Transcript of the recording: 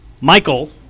Michael